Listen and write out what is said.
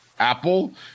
Apple